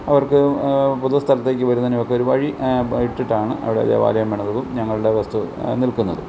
അവർക്ക് പൊതുസ്ഥലത്തേക്ക് വരുന്നതിനുമൊക്കെ ഒരു വഴി ഇട്ടിട്ടാണ് അവിടെ ദേവാലയം പണിതതും ഞങ്ങളുടെ വസ്തു നിൽക്കുന്നതും